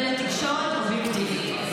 ולתקשורת אובייקטיבית?